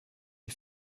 est